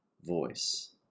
voice